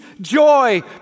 joy